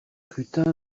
scrutin